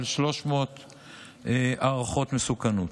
על 300 הערכות מסוכנות.